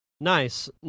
Nice